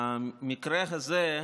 במקרה הזה,